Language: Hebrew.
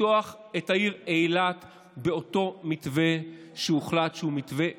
לפתוח את העיר אילת באותו מתווה שהוחלט שהוא מתווה בטוח,